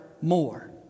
more